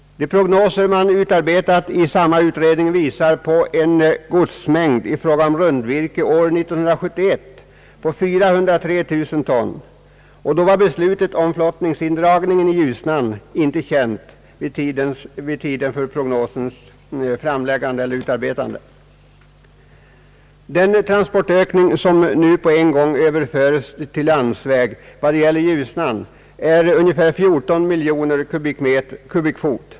De prognoser man utarbetat i samma utredning pekar på en godsmängd i fråga om rundvirke år 1971 av 403 000 ton, och då var beslutet om flottningsindragningen i Ljusnan inte' känt vid tiden för prognosens utarbetande. Den transportökning som nu Ööverföres till landsväg när det gäller Ljusnan är ungefär 14 miljoner kubikfot.